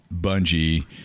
Bungie